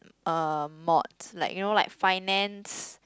uh mods like you know like finance